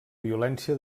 violència